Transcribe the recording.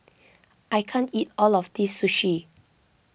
I can't eat all of this Sushi